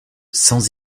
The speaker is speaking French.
sans